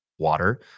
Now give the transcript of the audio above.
water